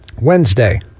Wednesday